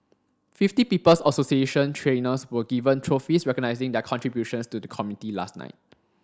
Fifty People's Association trainers were given trophies recognising their contributions to the community last night